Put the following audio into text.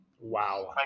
Wow